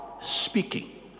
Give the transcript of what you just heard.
speaking